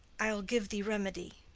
i'll give thee remedy.